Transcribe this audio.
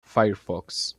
firefox